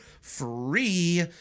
free